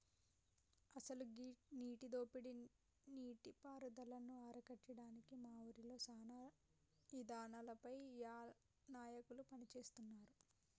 అసలు గీ నీటి దోపిడీ నీటి పారుదలను అరికట్టడానికి మా ఊరిలో సానా ఇదానాలపై నాయకులు పని సేస్తున్నారు